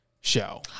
show